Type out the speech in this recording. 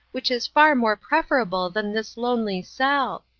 which is far more preferable than this lonely cell.